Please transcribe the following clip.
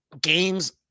games